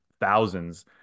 thousands